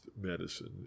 medicine